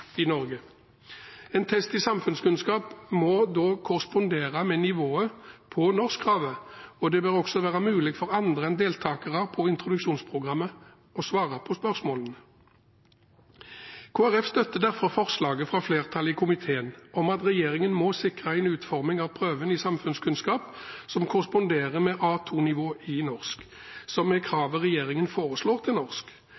i Norge. En test i samfunnskunnskap må da korrespondere med nivået på norskkravet, og det bør også være mulig for andre enn deltakere på introduksjonsprogrammet å svare på spørsmålene. Kristelig Folkeparti støtter derfor forslaget fra flertallet i komiteen om at regjeringen må sikre en utforming av prøven i samfunnskunnskap som korresponderer med A2-nivå i norsk, som er kravet regjeringen foreslår til norsk.